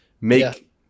make